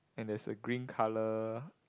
and there's a green colour